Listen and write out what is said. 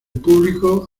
público